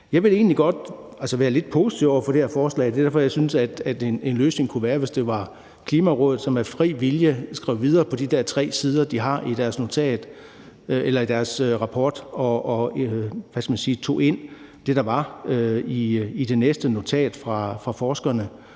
jeg vil egentlig godt være lidt positiv over for det her forslag. Det er derfor, jeg synes, at en løsning kunne være, at det var Klimarådet, som af egen fri vilje skrev videre på de der tre sider, de har i deres rapport, og tog det, der var i det næste notat fra forskerne,